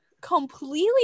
completely